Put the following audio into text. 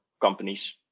companies